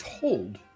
told